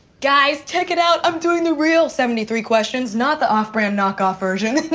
guys, check it out, i'm doing the real seventy three questions, not the off-brand, knockoff version.